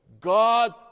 God